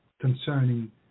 concerning